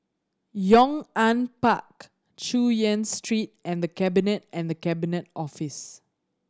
Yong An Park Chu Yen Street and The Cabinet and The Cabinet Office